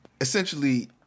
essentially